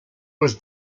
was